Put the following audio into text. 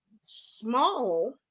small